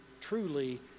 truly